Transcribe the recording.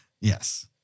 yes